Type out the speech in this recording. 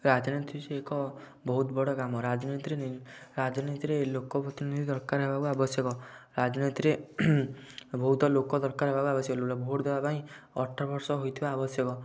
ରାଜନୀତି ଏକ ବହୁତ ବଡ଼ କାମ ରାଜନୀତିରେ ରାଜନୀତିରେ ଲୋକ ପ୍ରତିନିଧି ଦରକାର ହେବାକୁ ଆବଶ୍ୟକ ରାଜନୀତିରେ ବହୁତ ଲୋକ ଦରକାର ହେବା ଆବଶ୍ୟକ ଭୋଟ୍ ଦେବାପାଇଁ ଅଠର ବର୍ଷ ହୋଇଥିବା ଆବଶ୍ୟକ